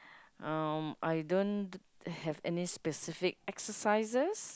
um I don't have any specific exercises